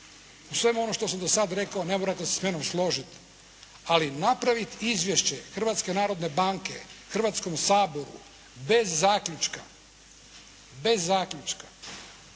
u svemu onome što sam do sada rekao ne morate se sa mnom složiti, ali napraviti izvješće Hrvatske narodne banke Hrvatskom saboru bez zaključka ipak je ja